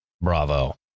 Bravo